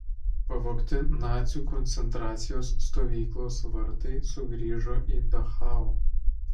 pavogti nacių koncentracijos stovyklos vartai sugrįžo į dachau